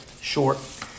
short